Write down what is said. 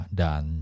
dan